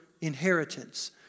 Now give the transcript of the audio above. inheritance